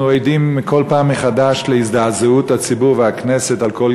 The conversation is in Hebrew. אנחנו עדים כל פעם מחדש להזדעזעות הציבור והכנסת מכל